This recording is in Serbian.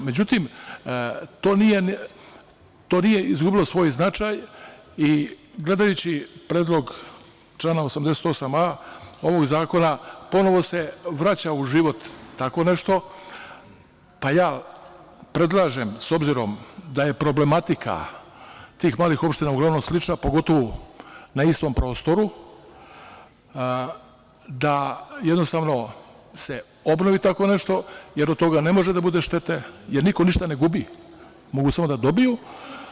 Međutim, to nije izgubilo svoj značaj i, gledajući predlog člana 88a ovog zakona, ponovo se vraća u život tako nešto, pa ja predlažem, s obzirom da je problematika tih malih opština uglavnom slična, pogotovo na istom prostoru, da jednostavno se obnovi tako nešto, jer od toga ne može da bude štete, jer niko ništa ne gubi, mogu samo da dobiju.